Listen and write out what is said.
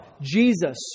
Jesus